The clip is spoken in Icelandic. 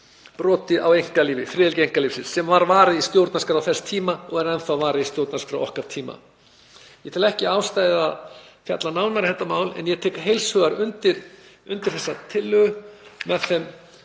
broti á einkalífi. Friðhelgi einkalífsins var varin í stjórnarskrá þess tíma og er enn varin í stjórnarskrá okkar tíma. Ég tel ekki ástæðu til að fjalla nánar um þetta mál en ég tek heils hugar undir þessa tillögu með þeim